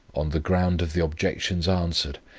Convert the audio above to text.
on the ground of the objections answered,